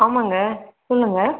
ஆமாங்க சொல்லுங்கள்